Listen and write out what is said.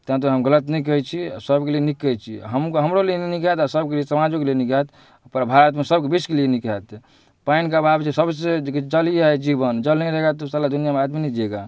ताहि दुआरे हम गलत नहि कहै छी सभकेलिए नीक कहै छी हमहूँ हमरोलिए नीक हैत आओर सभकेलिए समाजोके लेल नीक हैत पर भारतमे सभकेलिए बेसीके लिए नीक हैत पानिके अभाव छै सबसँ जल ही है जीवन जल नहीं है रहेगा तो साला दुनिया में आदमी नहीं जिएगा